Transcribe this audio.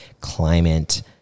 climate